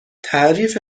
تعریف